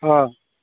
हाँ